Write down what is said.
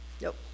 Nope